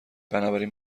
بنابراین